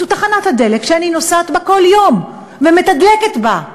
זו תחנת הדלק שאני שנוסעת כל יום מתדלקת בה.